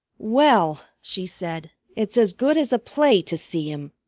well, she said, it's as good as a play to see him.